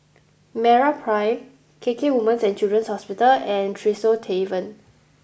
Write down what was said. MeraPrime K K Women's and Children's Hospital and Tresor Tavern